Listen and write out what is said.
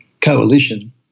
coalition